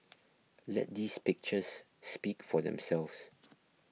let these pictures speak for themselves